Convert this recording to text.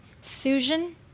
fusion